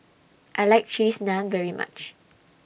I like Cheese Naan very much